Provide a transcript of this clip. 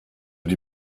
die